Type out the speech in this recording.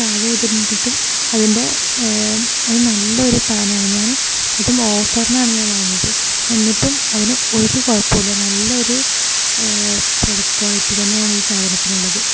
താഴെ അതു കിട്ടും അതിൻ്റെ അത് നല്ല ഒരു സാധനമാണ് ഞാൻ അതും ഓഫറിനാണ് ഞാൻ വാങ്ങിയത് എന്നിട്ടും അതിന് ഒരു കുഴപ്പമില്ല നല്ലൊരു പ്രോഡക്റ്റ് ക്വാളിറ്റി തന്നെയാണ് ഈ സാധനത്തിനുള്ളത്